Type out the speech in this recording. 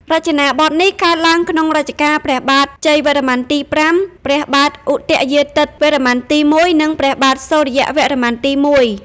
រចនាបថនេះកើតឡើងក្នុងរជ្ជកាលព្រះបាទជ័យវរ្ម័នទី៥ ព្រះបាទឧទយាទិត្យវរ្ម័នទី១ និងព្រះបាទសូរ្យវរ្ម័នទី១។